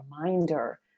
reminder